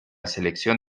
selección